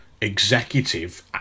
executive